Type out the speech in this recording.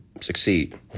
succeed